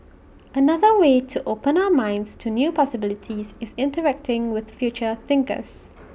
another way to open our minds to new possibilities is interacting with future thinkers